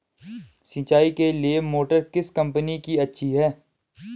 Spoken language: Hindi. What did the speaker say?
सिंचाई के लिए मोटर किस कंपनी की अच्छी है?